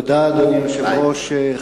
תודה, אדוני היושב-ראש.